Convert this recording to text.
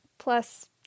Plus